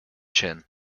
chin